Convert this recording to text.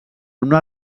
una